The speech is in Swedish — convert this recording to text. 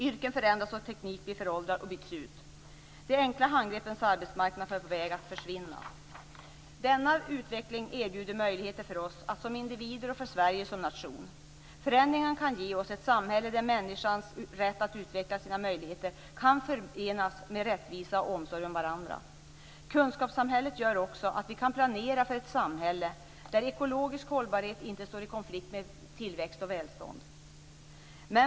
Yrken förändras och teknik blir föråldrad och byts ut. De enkla handgreppens arbetsmarknad är på väg att försvinna. Denna utveckling erbjuder möjligheter för oss som individer och för Sverige som nation. Förändringen kan ge oss ett samhälle där människans rätt att utveckla sina möjligheter kan förenas med rättvisa och omsorg om varandra. Kunskapssamhället gör också att vi kan planera för ett samhälle där ekologisk hållbarhet inte står i konflikt med tillväxt och välstånd.